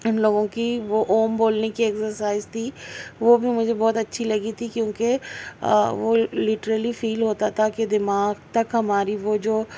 ان لوگوں کی وہ اوم بولنے کی اکسرسائز تھی وہ بھی مجھے بہت اچھی لگی تھی کیونکہ وہ لٹرلی فیل ہوتا تھا کہ دماغ تک ہماری وہ جو